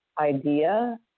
idea